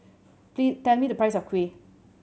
tell me the price of kuih